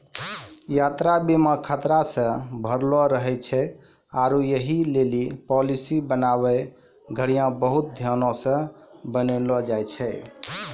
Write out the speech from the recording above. यात्रा बीमा खतरा से भरलो रहै छै आरु यहि लेली पालिसी बनाबै घड़ियां बहुते ध्यानो से बनैलो जाय छै